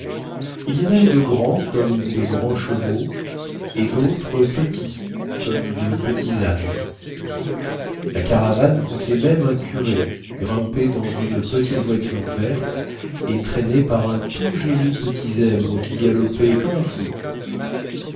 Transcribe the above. il y en avait de grands comme de grands chevaux et dautres petits comme de petits ânes la caravane comptait même un curé grimpé dans une petite voiture verte et traîné par un tout joli petit zèbre qui galopait comme un fou